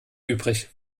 übrig